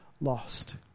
lost